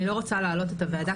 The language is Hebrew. אני לא רוצה להלאות את הועדה,